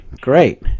Great